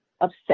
upset